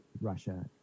Russia